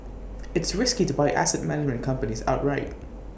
it's risky to buy asset management companies outright